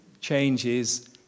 changes